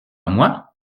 moi